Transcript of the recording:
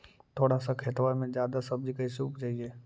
थोड़ा सा खेतबा में जादा सब्ज़ी कैसे उपजाई?